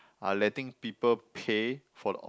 are letting people pay for the